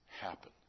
happen